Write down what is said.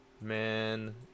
man